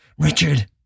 Richard